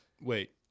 wait